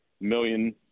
million